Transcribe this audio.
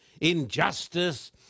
injustice